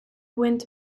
wind